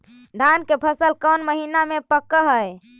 धान के फसल कौन महिना मे पक हैं?